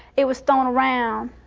it was thrown around.